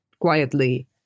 quietly